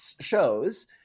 shows